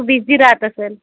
busy राहत असेल